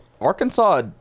arkansas